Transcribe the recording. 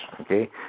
Okay